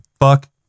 Fuck